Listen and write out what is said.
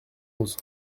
onze